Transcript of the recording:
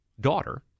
daughter